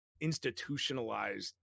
institutionalized